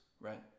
Right